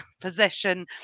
possession